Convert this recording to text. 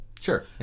Sure